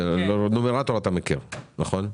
נומרטור אתה מכיר, נכון?